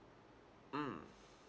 mm